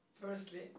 firstly